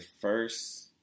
first